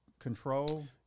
Control